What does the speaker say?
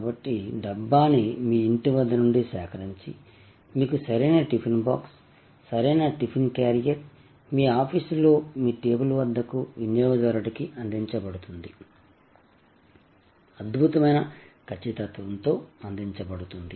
కాబట్టి డబ్బా ని మీ ఇంటి వద్ద నుండి సేకరించి మీకు సరైన టిఫిన్ బాక్స్ సరైన టిఫిన్ క్యారియర్ మీ ఆఫీస్ లో మీ టేబుల్ వద్దకి వినియోగదారుడికి అందించబడుతుంది అద్భుతమైన ఖచ్చితత్వంతో అందించబడుతుంది